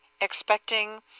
expecting